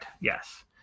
Yes